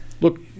look